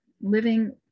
living